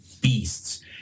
beasts